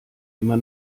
immer